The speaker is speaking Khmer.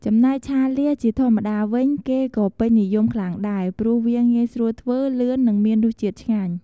ចំណែកឆាលៀសជាធម្មតាវិញ គេក៏ពេញនិយមខ្លាំងដែរ ព្រោះវាងាយស្រួលធ្វើ លឿន និងមានរសជាតិឆ្ញាញ់។